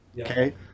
okay